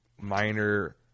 minor